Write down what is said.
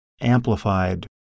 amplified